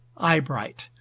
eyebright.